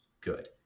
good